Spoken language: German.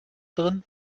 drin